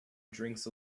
drinks